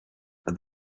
are